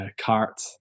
cart